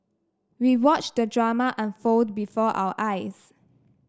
we watched the drama unfold before our eyes